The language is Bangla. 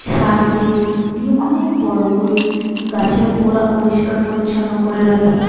সার দিই দিয়ে অনেক বড় করি গাছের গোড়া পরিষ্কার পরিচ্ছন্ন করে রাখি